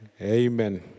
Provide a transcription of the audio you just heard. Amen